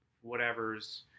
whatever's